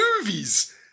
movies